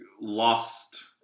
lost